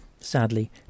Sadly